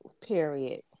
period